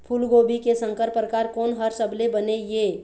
फूलगोभी के संकर परकार कोन हर सबले बने ये?